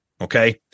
okay